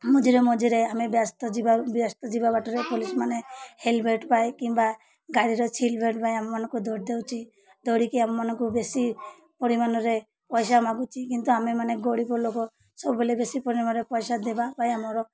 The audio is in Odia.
ମଝିରେ ମଝିରେ ଆମେ ବ୍ୟସ୍ତ ଯିବା ବ୍ୟସ୍ତ ଯିବା ବାଟରେ ପୋଲିସମାନେ ହେଲମେଟ୍ ପାଇ କିମ୍ବା ଗାଡ଼ିର ସିଟ୍ ବେଲ୍ଟ ପାଇଁ ଆମମାନଙ୍କୁ ଧରିଦଉଛି ଧରିକି ଆମମାନଙ୍କୁ ବେଶୀ ପରିମାଣରେ ପଇସା ମାଗୁଛି କିନ୍ତୁ ଆମେ ମାନେ ଗରିବ ଲୋକ ସବୁବେଳେ ବେଶୀ ପରିମାଣରେ ପଇସା ଦେବା ପାଇଁ ଆମର